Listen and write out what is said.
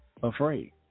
afraid